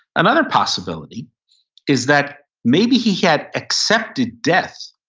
another possibility is that maybe he had accepted death,